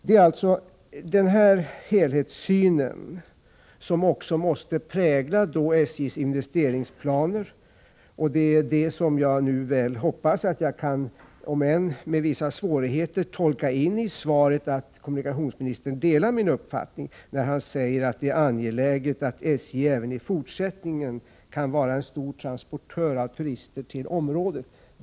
Det är denna helhetssyn som också måste prägla SJ:s investeringsplaner. Jag hoppas att jag — även om det sker med vissa svårigheter — kan tolka in i svaret att kommunikationsministern delar min uppfattning, när han säger att det är angeläget att SJ även i fortsättningen kan vara en stor transportör av turister till området.